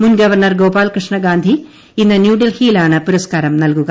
മുൻ ഗവർണർ ഗോപാൽകൃഷ്ണഗാന്ധി ഇന്ന് ന്യൂഡൽഹിയിലാണ് പുരസ്കാരം നൽകുക